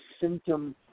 symptom